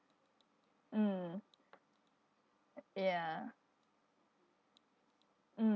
mm ya mm